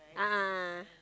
a'ah a'ah